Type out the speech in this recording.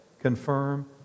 Confirm